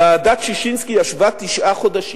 ועדת-ששינסקי ישבה תשעה חודשים,